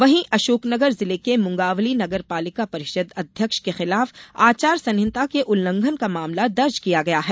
वहीं अशोकनगर जिले के मुंगावली नगर पालिका परिषद अध्यक्ष के खिलाफ आचार संहिता के उल्लंघन का मामला दर्ज किया गया है